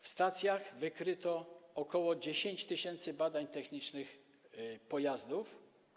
W stacjach wykryto ok. 10 tys. badań technicznych pojazdów.